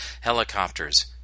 helicopters